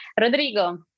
Rodrigo